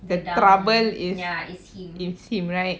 the trouble is is him right